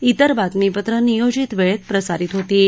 इतर बातमीपत्र नियोजित वेळेत प्रसारित होतील